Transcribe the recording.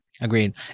Agreed